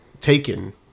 taken